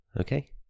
okay